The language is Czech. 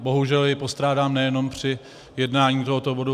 Bohužel jej postrádám nejenom při jednání o tomto bodu.